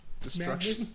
Destruction